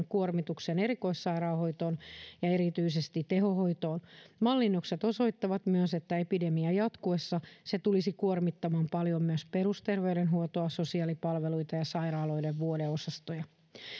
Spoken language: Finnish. kuormituksen erikoissairaanhoitoon ja erityisesti tehohoitoon mallinnokset osoittavat myös että jatkuessaan epidemia tulisi kuormittamaan paljon myös perusterveydenhuoltoa sosiaalipalveluita ja sairaaloiden vuodeosastoja